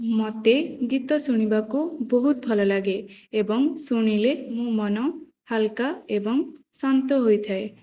ମୋତେ ଗୀତ ଶୁଣିବାକୁ ବହୁତ ଭଲ ଲାଗେ ଏବଂ ଶୁଣିଲେ ମୋ ମନ ହାଲୁକା ଏବଂ ଶାନ୍ତ ହୋଇଥାଏ